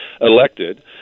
elected